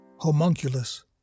Homunculus